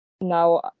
now